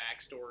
backstory